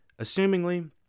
assumingly